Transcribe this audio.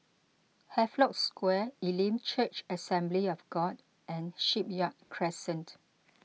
Havelock Square Elim Church Assembly of God and Shipyard Crescent